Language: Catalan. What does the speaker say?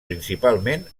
principalment